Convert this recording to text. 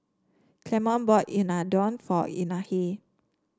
Clemon bought Unadon for Anahi